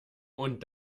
und